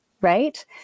right